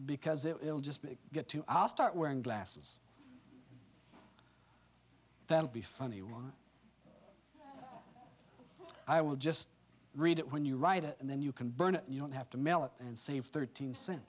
because it will just get too asked out wearing glasses that'll be funny one i will just read it when you write it and then you can burn it you don't have to mail it and save thirteen cents